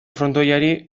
frontoiari